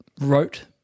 wrote